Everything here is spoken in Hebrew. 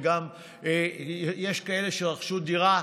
גם יש כאלה שרכשו דירה,